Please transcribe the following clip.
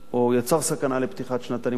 או יצר סכנה לפתיחת שנת הלימודים.